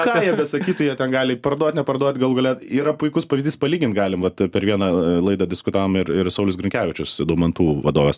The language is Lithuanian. ką jie besakytų jie ten gali parduot neparduot galų gale yra puikus pavyzdys palygint galim vat per vieną laidą diskutavom ir ir saulius grinkevičius daumantų vadovas